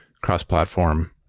cross-platform